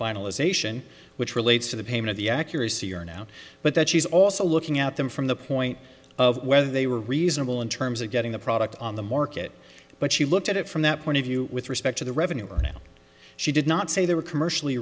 finalization which relates to the pain of the accuracy or now but that she's also looking at them from the point of whether they were reasonable in terms of getting the product on the market but she looked at it from that point of view with respect to the revenue or now she did not say they were commercially